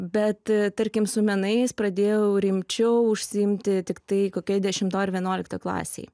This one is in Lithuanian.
bet tarkim su menais pradėjau rimčiau užsiimti tik tai kokioj dešimtoj ar vienuoliktoj klasėj